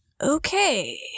okay